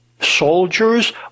soldiers